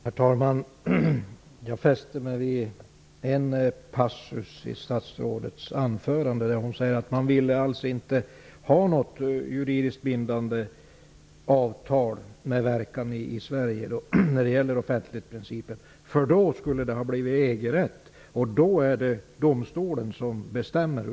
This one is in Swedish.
Herr talman! Jag fäste mig vid en passus vid statsrådets anförande där hon sade att man inte vill ha något juridiskt bindande avtal med verkan i Sverige när det gäller offentlighetsprincipen. Då skulle det bli EG-rätt och då är det EG-domstolen som bestämmer.